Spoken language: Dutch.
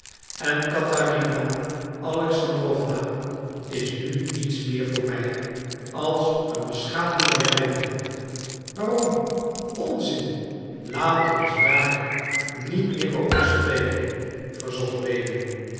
en catharina alexandrowna is nu niets meer voor mij als een beschamende herinnering waarom onzin laat ons daar niet meer over spreken verzocht lewin